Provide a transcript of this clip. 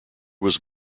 was